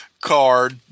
card